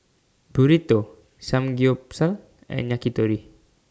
Burrito Samgeyopsal and Yakitori